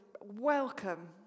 welcome